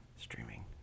Streaming